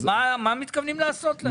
מה מתכוונים לעשות להם?